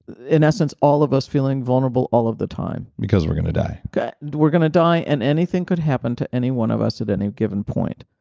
in essence, all of us feeling vulnerable all of the time because we're going to die and we're going to die and anything could happen to any one of us at any given point.